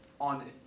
on